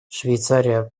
швейцария